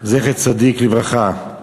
זכר צדיק לברכה.